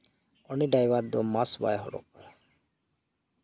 ᱩᱱᱤ ᱰᱨᱟᱭᱵᱷᱟᱨ ᱫᱚ ᱢᱟᱠᱥ ᱵᱟᱭ ᱦᱚᱨᱚᱜ ᱟᱠᱟᱫᱟ